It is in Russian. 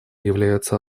являются